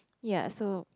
ya so